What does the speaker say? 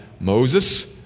Moses